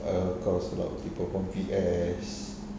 err of course a lot of people from V_S